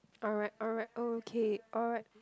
alright alright okay alright